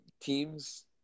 teams